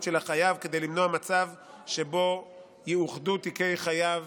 של החייב כדי למנוע מצב שבו יאוחדו תיקי חייב